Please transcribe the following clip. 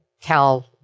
Cal